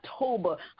october